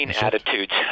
attitudes